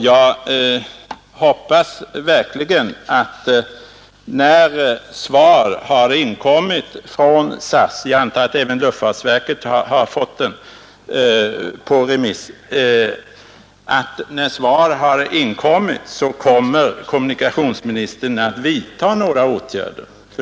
Jag hoppas verkligen att när svar har inkommit från SAS och från luftfartsverket — jag antar att även verket har fått frågan på remiss — skall kommunikationsministern vidta åtgärder.